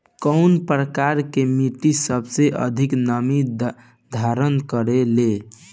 कउन प्रकार के मिट्टी सबसे अधिक नमी धारण करे ले?